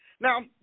Now